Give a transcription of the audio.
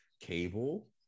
Cable